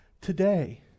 today